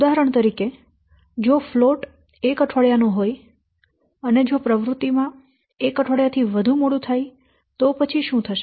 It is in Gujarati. ઉદાહરણ તરીકે જો ફ્લોટ એક અઠવાડિયા નો હોય અને જો પ્રવૃત્તિમાં એક અઠવાડિયાથી વધુ મોડું થાય તો પછી શું થશે